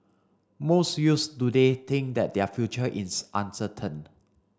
most youths today think that their future is uncertain